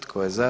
Tko je za?